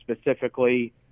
specifically